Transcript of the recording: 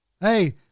Hey